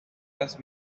las